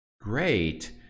great